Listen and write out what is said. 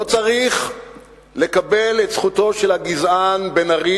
לא צריך לקבל את דעתו של הגזען בן-ארי